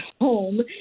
home